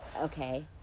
okay